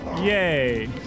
Yay